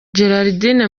gerardine